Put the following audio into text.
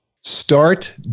start